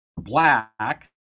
Black